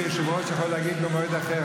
כיושב-ראש, יכול להגיד: במועד אחר.